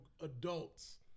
adults